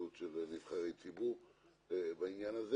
הסתכלות של נבחרי ציבור בעניין הזה,